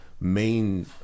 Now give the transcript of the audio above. main